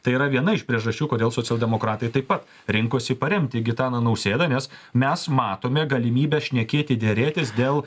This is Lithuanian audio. tai yra viena iš priežasčių kodėl socialdemokratai taip pat rinkosi paremti gitaną nausėdą nes mes matome galimybę šnekėti derėtis dėl